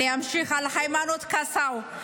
אני אמשיך על היימנוט קסאו.